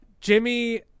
Jimmy